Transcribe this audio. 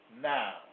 now